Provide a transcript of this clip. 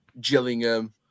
Gillingham